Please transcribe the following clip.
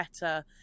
better